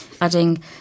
adding